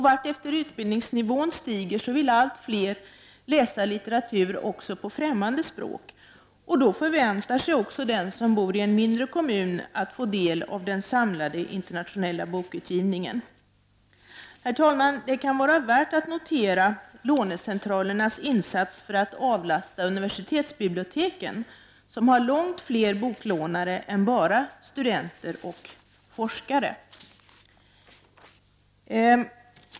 Vartefter utbildningsnivån stiger vill allt fler läsa litteratur också på främmande språk, och då förväntar sig också den som bor i en mindre kommun att få del av den samlade internationella bokutgivningen. Herr talman! Det kan vara värt att notera lånecentralernas insats för att avlasta universitetsbiblioteken, som har långt fler boklånare än bara studenter och forskare.